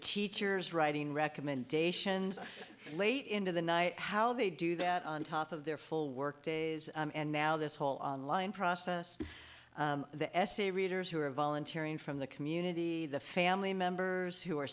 teachers writing recommendations late into the night how they do that on top of their full work days and now this whole online process the essay readers who are volunteering from the community the family members who are